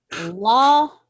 Law